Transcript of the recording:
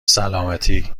سلامتی